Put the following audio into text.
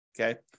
Okay